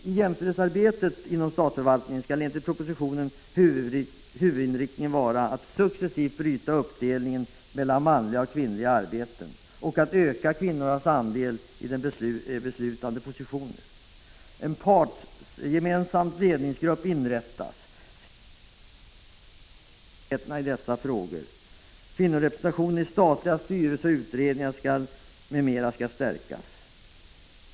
I jämställdhetsarbetet inom statsförvaltningen skall enligt propositionen huvudinriktningen vara att successivt bryta uppdelningen i manliga och kvinnliga arbeten och öka kvinnornas andel i de beslutande positionerna. En partgemensam ledningsgrupp inrättas. SIPU skall lämna stöd till myndigheterna i dessa frågor. Kvinnorepresentationen i statliga styrelser, utredningar m.m. skall stärkas.